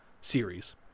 series